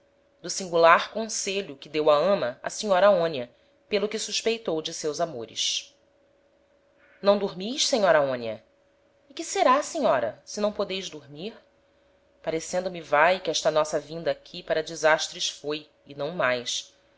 do singular conselho que deu a ama á senhora aonia pelo que suspeitou dos seus amores não dormis senhora aonia e que será senhora se não podeis dormir parecendo me vae que esta nossa vinda aqui para desastres foi e não mais